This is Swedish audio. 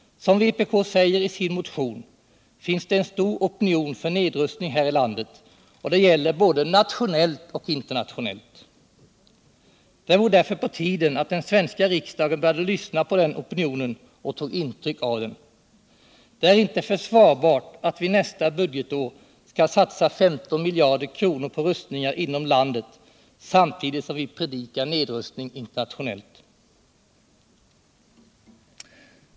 Som vpk säger i sin motion finns det en stor opinion för nedrustning här i landet, och det gäller både nationellt och internationellt. Det vore därför på tiden att den svenska riksdagen började lyssna på den opinionen och tog intryck av den. Det är inte försvarbart att vi nästa budgetår skall satsa 15 miljarder kronor på rustningar inom landet samtidigt som vi predikar nedrustning internationellt.